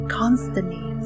constantly